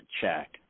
check